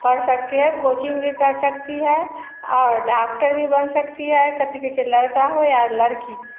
पढ़ सकती है कोचिंग भी कर सकती हैं और डॉक्टर भी बन सकती है कथी चाहे लड़का हो या लड़की